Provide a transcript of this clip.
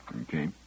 Okay